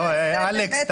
אלכס,